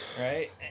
right